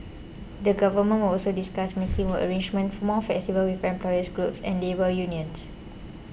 the Government will also discuss making work arrangements more flexible with employer groups and labour unions